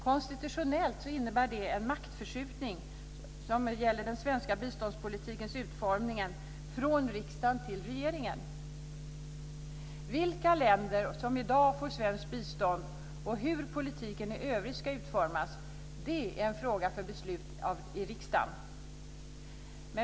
Konstitutionellt innebär det en maktförskjutning av utformningen av den svenska biståndspolitiken från riksdagen till regeringen. Vilka länder som i dag får svenskt bistånd och hur politiken i övrigt ska utformas är en fråga för beslut i riksdagen.